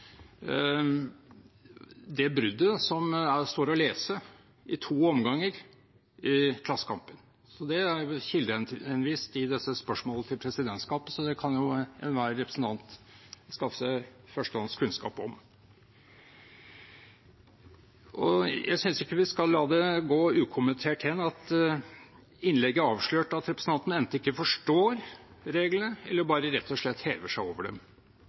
det bruddet som står å lese – i to omganger – i Klassekampen. Det er i dette spørsmålet kildehenvist til presidentskapet, så det kan enhver representant skaffe seg førstehåndskunnskap om. Jeg synes ikke vi skal la det gå ukommentert hen at innlegget avslørte at representanten enten ikke forstår reglene, eller bare rett og slett hever seg over dem,